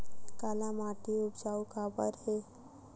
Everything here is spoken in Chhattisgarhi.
काला माटी उपजाऊ काबर हे?